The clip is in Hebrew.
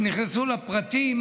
נכנסו לפרטים,